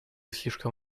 слишком